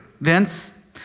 Vince